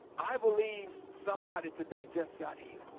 i believe somebody today just got here.